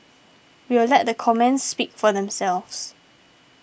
we'll let the comments speak for themselves